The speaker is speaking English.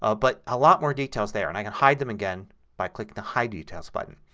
ah but a lot more details there. and i can hide them again by clicking the hide details button.